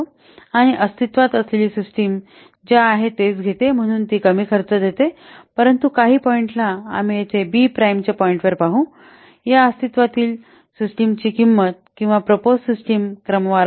आणि अस्तित्त्वात असलेली सिस्टिम जे आहे तेच घेईल म्हणून ती कमी खर्च घेईल परंतु काही पॉइंटला आम्ही येथे बी प्राइम च्या पॉईंटवर पाहू या अस्तित्वातील सिस्टमची किंमत आणि प्रपोज सिस्टीम क्रमवार बनते